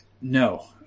no